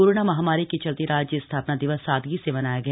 corona महामारी के चलते राज्य स्थापना दिवस सादगी से मनाया गया